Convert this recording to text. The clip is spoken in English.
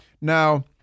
Now